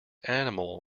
animal